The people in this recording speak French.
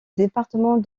département